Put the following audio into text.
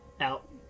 out